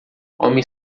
homem